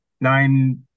Nine